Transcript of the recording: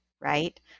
right